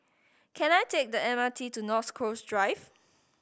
can I take the M R T to North Coast Drive